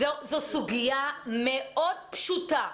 זאת סוגיה מאוד פשוטה.